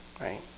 right